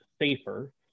safer